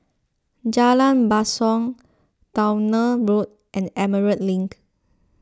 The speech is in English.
Jalan Basong Towner Road and Emerald Link